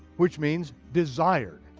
which means desired.